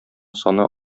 саны